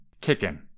Kicking